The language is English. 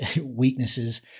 weaknesses